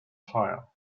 fire